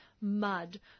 mud